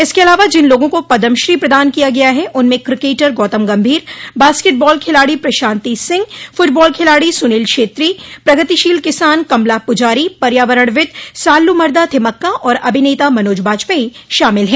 इसके अलावा जिन लोगों को पद्म श्री प्रदान किया गया है उनमें क्रिकटर गौतम गम्भीर बास्केटबाल खिलाड़ी प्रशांति सिंह फुटबॉल खिलाड़ी सुनील छेत्री प्रगतिशील किसान कमला पुजारी पर्यावरणविद साल्लुमरदा थिमक्का और अभिनेता मनोज बाजपेयी शामिल हैं